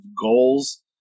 goals